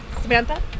Samantha